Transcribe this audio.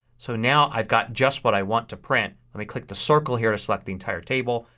so now i've got just what i want to print. um i click the circle here to select the entire table.